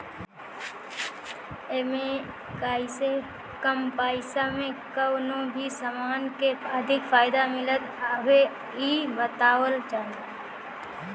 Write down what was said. एमे कइसे कम पईसा में कवनो भी समान के अधिक फायदा मिलत हवे इ बतावल जाला